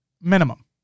minimum